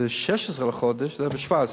ב-16 לחודש, זה היה ב-17,